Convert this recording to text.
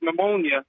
pneumonia